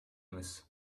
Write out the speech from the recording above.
эмес